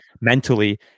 mentally